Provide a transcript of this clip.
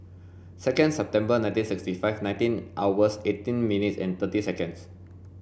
second September nineteen sixty five nineteen hours eighteen minutes and thirty seconds